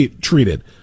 treated